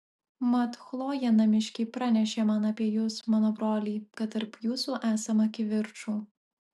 mat chlojė namiškiai pranešė man apie jus mano broliai kad tarp jūsų esama kivirčų